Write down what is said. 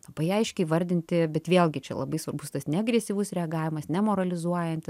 labai aiškiai įvardinti bet vėlgi čia labai svarbus tas neagresyvus reagavimas nemoralizuojant